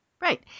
Right